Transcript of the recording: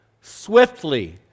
swiftly